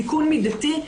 תיקון מידתי,